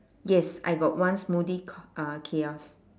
yes I got one smoothie k~ uh kiosk